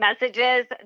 messages